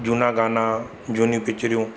झूना गाना झूनियूं पिकिचरियूं